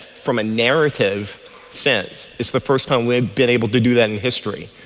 from a narrative sense, is the first time we've been able to do that in history.